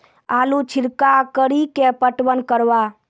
आलू छिरका कड़ी के पटवन करवा?